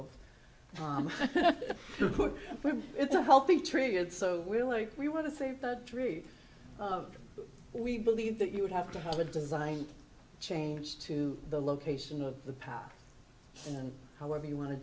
hook it's a healthy triggered so we're like we want to save that tree of we believe that you would have to have a design change to the location of the path and however you want to